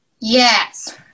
Yes